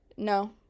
No